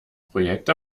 projekt